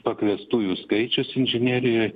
pakviestųjų skaičius inžinerijoj